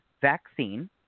vaccine